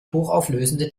hochauflösende